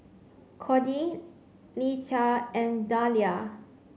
Cordie Leatha and Dalia